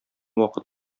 вакыт